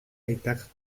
aitak